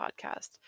podcast